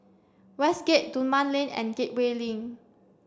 Westgate Dunman Lane and Gateway Link